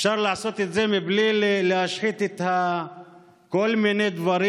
אפשר לעשות את זה בלי להשחית כל מיני דברים,